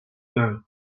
know